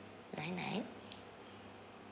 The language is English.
nine nine